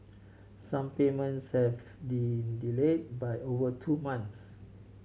some payments have delay by over two months